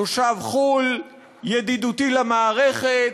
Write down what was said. תושב חו"ל, ידידותי למערכת,